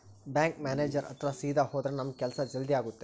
bank manager ಹತ್ರ ಸೀದಾ ಹೋದ್ರ ನಮ್ ಕೆಲ್ಸ ಜಲ್ದಿ ಆಗುತ್ತೆ